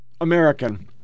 American